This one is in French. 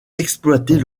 exploiter